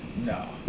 No